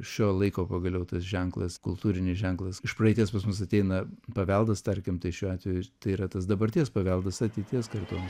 šio laiko pagaliau tas ženklas kultūrinis ženklas iš praeities pas mus ateina paveldas tarkim tai šiuo atveju tai yra tas dabarties paveldas ateities kartoms